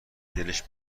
دلش